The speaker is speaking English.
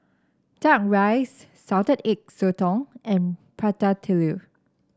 duck rice Salted Egg Sotong and Prata Telur